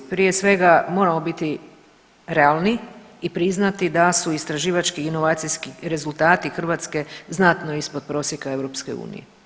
Prije svega, moramo biti realni i priznati da su istraživački i inovacijski rezultati Hrvatske znatno ispod prosjeka EU.